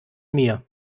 mir